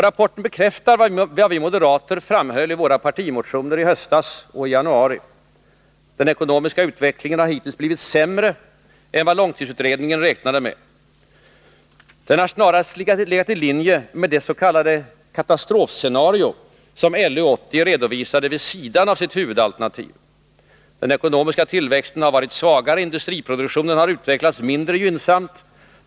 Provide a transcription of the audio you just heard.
Rapporten bekräftar vad vi moderater framhöll i våra partimotioner i höstas och i januari. Den ekonomiska utvecklingen hittills har blivit sämre än vad långtidsutredningen räknade med. Utvecklingen har snarare legat i linje med det s.k. katastrofscenario som LU 80 redovisade vid sidan av sitt huvudalternativ. Den ekonomiska tillväxten har varit svagare. Industriproduktionen har utvecklats mindre gynnsamt.